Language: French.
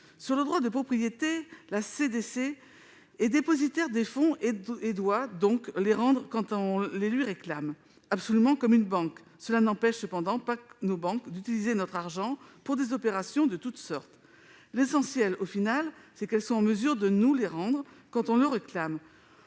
Sur le droit de propriété, la CDC est dépositaire des fonds et doit donc les rendre quand on les lui réclame, comme une banque. Cela n'empêche cependant pas nos banques d'utiliser notre argent pour des opérations de toutes sortes. L'essentiel, au final, est qu'elles soient en mesure de nous le rendre quand on le réclame.